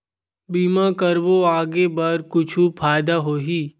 बीमा करबो आगे बर कुछु फ़ायदा होही?